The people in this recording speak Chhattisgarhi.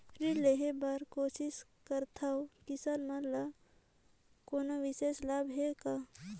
ऋण लेहे बर कोशिश करथवं, किसान मन ल कोनो विशेष लाभ हे का?